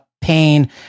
pain